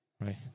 right